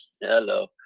hello